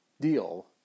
deal